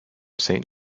saint